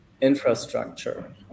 infrastructure